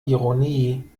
ironie